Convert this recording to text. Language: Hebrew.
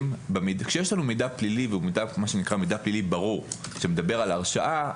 כשיש לנו מידע פלילי והוא מידע פלילי ברור שמדבר על הרשעה,